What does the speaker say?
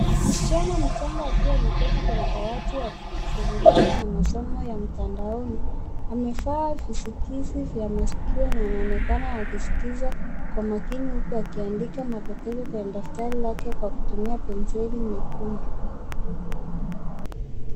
Msichana mchanga akiwa ameketi kwenye dawati ya kujishughulisha na masomo ya mtandaoni amevaa visikizi vya maskioni na anaokana akiskiza kwa makini mtu akiandika madokezo kwa daftari lake kwa kutumia penseli nyekundu.